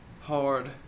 Hard